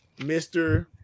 Mr